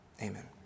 Amen